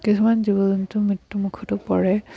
কিছুমান জীৱ জন্তু মৃত্যুমুখতো পৰে